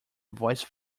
voice